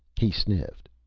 he sniffed.